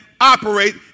operate